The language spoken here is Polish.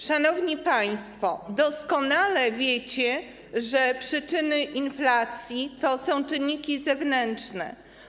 Szanowni państwo doskonale wiecie, że przyczyny inflacji to są czynniki zewnętrzne.